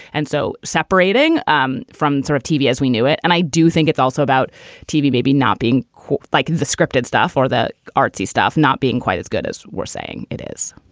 and so separating um from sort of tv as we knew it. and i do think it's also about tv maybe not being quite like the scripted stuff or the artsy stuff not being quite as good as we're saying it is.